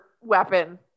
weapon